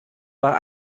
war